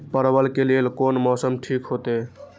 परवल के लेल कोन मौसम ठीक होते?